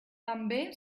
també